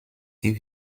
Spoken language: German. die